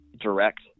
direct